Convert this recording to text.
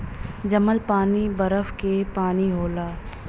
जमल पानी बरफ के पानी होला